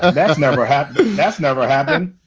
ah that's never happened. that's never happened.